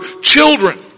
children